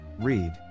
Read